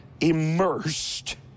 immersed